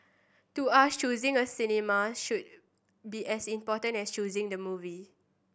to us choosing a cinema should be as important as choosing the movie